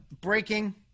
Breaking